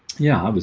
yeah, i was,